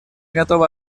готова